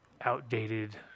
outdated